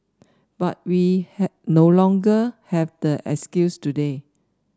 but we no longer have that excuse today